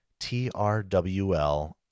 trwl